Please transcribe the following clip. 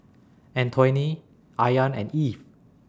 Antoine Ayaan and Eve